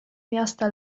miasta